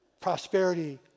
prosperity